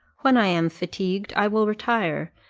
when i am fatigued, i will retire,